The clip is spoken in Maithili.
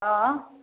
हँ